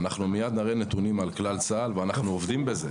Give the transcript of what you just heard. אנחנו מיד נראה נתונים על כלל צה"ל ואנחנו עובדים בזה.